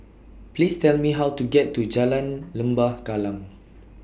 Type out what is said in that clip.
Please Tell Me How to get to Jalan Lembah Kallang